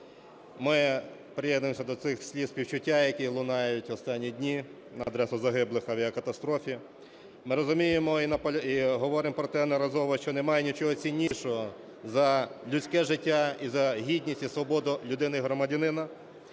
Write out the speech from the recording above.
Ми приєднуємося до цих слів співчуття, які лунають останні дні на адресу загиблих в авіакатастрофі. Ми розуміємо і говоримо про те неодноразово, що немає нічого ціннішого за людське життя і за гідність, і свободу людини і громадянина,